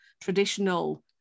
traditional